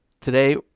today